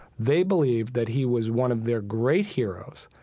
they believed that he was one of their great heroes,